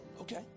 Okay